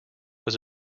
was